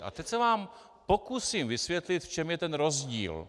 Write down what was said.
A teď se vám pokusím vysvětlit, v čem je rozdíl.